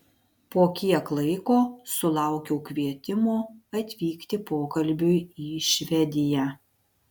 po kiek laiko sulaukiau kvietimo atvykti pokalbiui į švediją